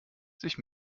sich